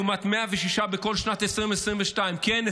לעומת 106 בכל שנת 2022. כן,